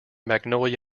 magnolia